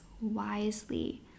wisely